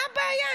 מה הבעיה?